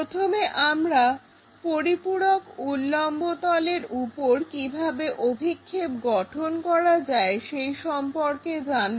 প্রথমে আমরা পরিপূরক উল্লম্ব তলের উপর কিভাবে অভিক্ষেপ গঠন করা যায় সেই সম্পর্কে জানব